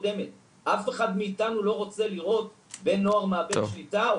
אף אחד מאתנו לא רוצה לראות בן נוער מאבד שליטה,